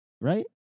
Right